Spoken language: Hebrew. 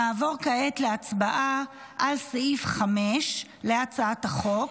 נעבור כעת להצבעה על סעיף 5 להצעת החוק,